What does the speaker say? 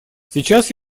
сейчас